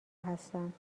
هستند